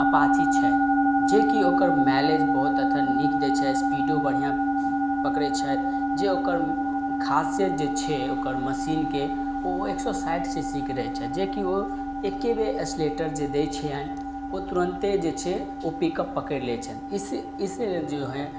Apache छै जेकि ओकर माइलेज बहुत अथी नीक दै छैथ स्पीडो बढ़िआँ पकड़ै छथि जे ओकर खासियत जे छै ओकर मशीनके ओ एक सओ साठि सी सी के रहय छथि जेकि ओ एकेबेर एक्सक्लेरेटर जे दै छियनि ओ तुरन्ते जे छै ओ पिक अप पकड़ि लै छनि इसे जो है